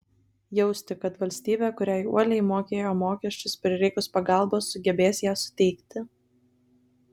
jausti kad valstybė kuriai uoliai mokėjo mokesčius prireikus pagalbos sugebės ją suteikti